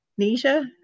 Nisha